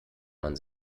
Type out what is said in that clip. man